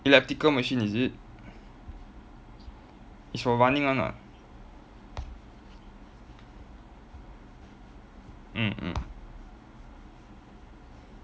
elliptical machine is it it's for running [one] [what] mm mm